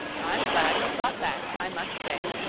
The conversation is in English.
i'm glad you've got back, i must say.